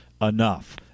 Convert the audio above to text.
enough